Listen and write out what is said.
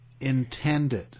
intended